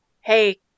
Hey